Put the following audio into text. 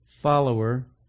follower